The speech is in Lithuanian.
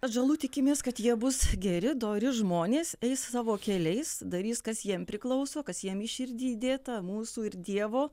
atžalų tikimės kad jie bus geri dori žmonės eis savo keliais darys kas jiem priklauso kas jiem į širdį įdėta mūsų ir dievo